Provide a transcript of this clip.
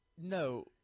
No